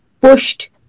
Pushed